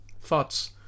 thoughts